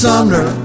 Sumner